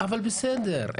בסדר,